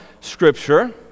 Scripture